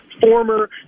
former